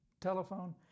telephone